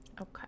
Okay